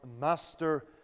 Master